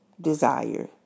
desire